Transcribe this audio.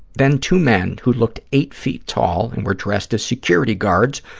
then two men, who looked eight feet tall and were dressed as security guards,